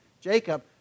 Jacob